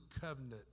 covenant